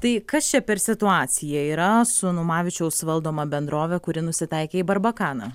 tai kas čia per situacija yra su numavičiaus valdoma bendrove kuri nusitaikė į barbakaną